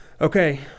Okay